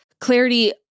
Clarity